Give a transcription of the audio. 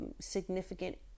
significant